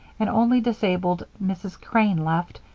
and only disabled mrs. crane left,